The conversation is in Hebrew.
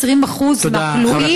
20% מהכלואים הם יוצאי אתיופיה.